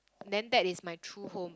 then that is my true home